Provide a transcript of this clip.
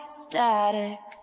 static